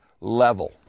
level